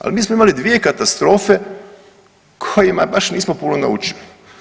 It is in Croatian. Al mi smo imali dvije katastrofe o kojima baš nismo puno naučili.